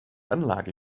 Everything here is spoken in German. anlage